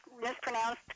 mispronounced